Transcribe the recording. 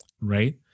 right